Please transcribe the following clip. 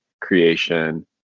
creation